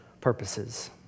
purposes